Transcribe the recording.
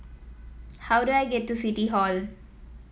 how do I get to City Hall